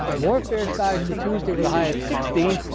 more fair skies for tuesday with a high of sixteen.